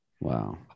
Wow